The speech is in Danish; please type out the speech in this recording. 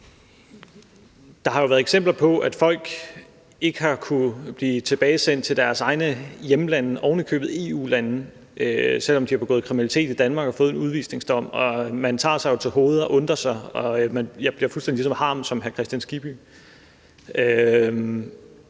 Der har været eksempler på, at folk ikke har kunnet blive tilbagesendt til deres hjemlande, ovenikøbet EU-lande, selv om de har begået kriminalitet i Danmark og har fået en udvisningsdom. Man tager sig jo til hovedet og undrer sig. Jeg bliver fuldstændig lige så harm som hr. Hans Kristian Skibby.